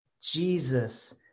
Jesus